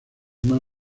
más